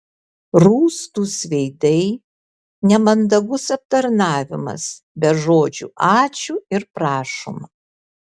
rūstūs veidai nemandagus aptarnavimas be žodžių ačiū ir prašom